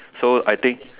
so I think